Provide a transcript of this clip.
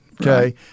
Okay